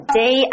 day